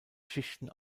schichten